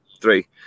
three